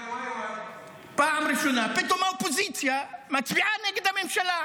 פעם ראשונה, פתאום האופוזיציה מצביעה נגד הממשלה.